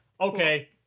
okay